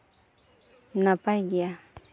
ᱱᱟᱯᱟᱭ ᱜᱮᱭᱟ